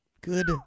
Good